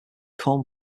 corn